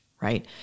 right